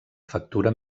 factura